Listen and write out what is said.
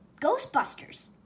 Ghostbusters